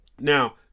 Now